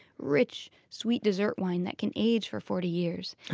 rich, sweet dessert wine that can age for forty years.